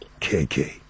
KK